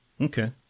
Okay